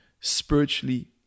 spiritually